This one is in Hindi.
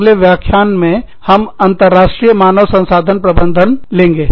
अगले व्याख्यान में हम अंतरराष्ट्रीय मानव संसाधन प्रबंधन लेंगे